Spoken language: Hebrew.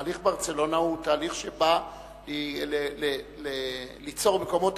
תהליך ברצלונה הוא תהליך שבא ליצור מקומות